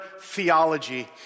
theology